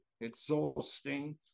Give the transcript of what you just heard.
exhausting